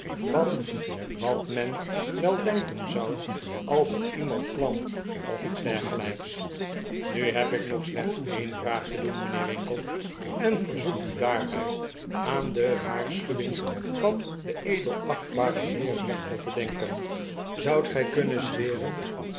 want wat men wel denken zou als er iemand kwam of iets dergelijks nu heb ik u nog slechts een vraag te doen mijnheer winkle en verzoek u daarbij aan de waarschuwing van den edelachtbaren heer rechter te denken zoudt gij winkle wordt ondervraagd kuimen zweren